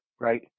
right